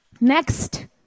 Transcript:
next